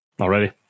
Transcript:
already